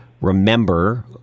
remember